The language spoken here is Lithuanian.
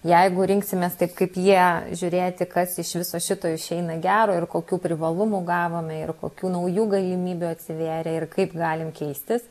jeigu rinksimės taip kaip jie žiūrėti kas iš viso šito išeina gero ir kokių privalumų gavome ir kokių naujų galimybių atsivėrė ir kaip galim keistis